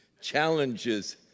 challenges